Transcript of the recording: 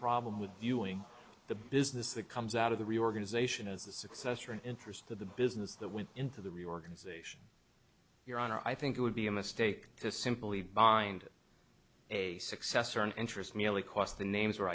problem with viewing the business that comes out of the reorganization as a successor in interest to the business that went into the reorganization your honor i think it would be a mistake to simply bind a successor in interest merely cos the names were